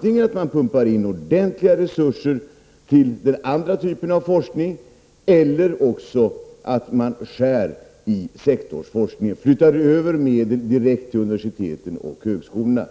genom att man pumpar in ordentliga resurser till den andra typen av forskning eller genom att man skär i sektorsforskningen och flyttar över medlen direkt till universitet och högskolor.